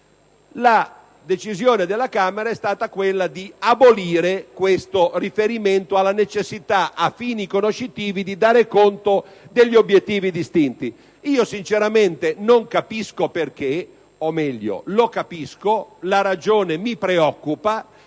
La decisione della Camera è stata quella di abolire il riferimento alla necessità a fini conoscitivi di dare conto degli obiettivi distinti. Io, sinceramente, non capisco il perché. O meglio lo capisco, la ragione mi preoccupa